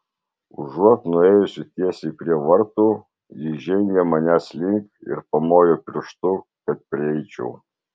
užuot nuėjusi tiesiai prie vartų ji žengė manęs link ir pamojo pirštu kad prieičiau